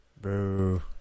Boo